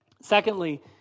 Secondly